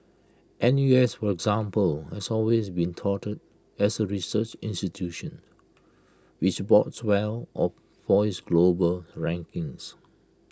N U S for example has always been touted as A research institution which bodes well for for its global rankings